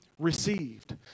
Received